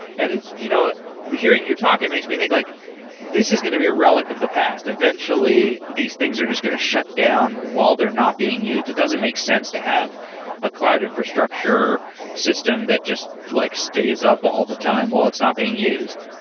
and you know hearing you talk, it makes me think like this is going to be a relic of the past. eventually these things are just going to shut down while they're not being used. it doesn't make sense to have a cloud infrastructure system that just like stays up all the time while it's not being used.